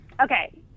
Okay